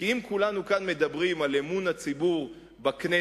כי אם כולנו כאן מדברים על אמון הציבור בכנסת,